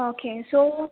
okay so